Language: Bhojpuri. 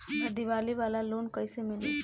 हमरा दीवाली वाला लोन कईसे मिली?